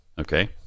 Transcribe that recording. okay